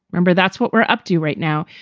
remember, that's what we're up to right now.